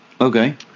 Okay